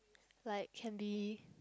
like can be